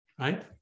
right